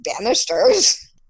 banisters